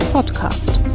Podcast